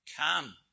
come